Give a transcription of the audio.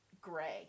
gray